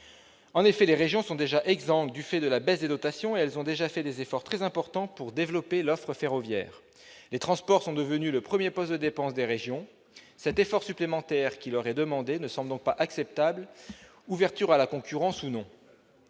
En effet, les régions sont exsangues du fait de la baisse des dotations et elles ont déjà fait des efforts très importants pour développer l'offre ferroviaire. Les transports sont devenus le premier poste de dépense des régions. Cet effort supplémentaire qui leur est demandé ne paraît donc pas acceptable, ouverture à la concurrence ou non,